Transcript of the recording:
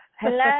hello